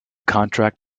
contract